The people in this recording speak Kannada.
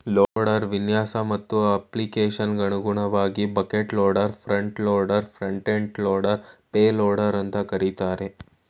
ಲೋಡರ್ ವಿನ್ಯಾಸ ಮತ್ತು ಅಪ್ಲಿಕೇಶನ್ಗನುಗುಣವಾಗಿ bucket loader front loader front end loader payloader ಅಂತ ಕರೀತಾರೆ